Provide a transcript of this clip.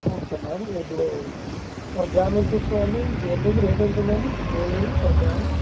okay ma'am ఇప్పుడు per gram ఎంత వస్తుంది అండి ఇప్పుడు ఎంత ఉంది రేట్ ఎంత ఉంది గోల్డ్ ది పర్ గ్రాము